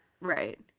Right